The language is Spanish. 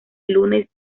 lunes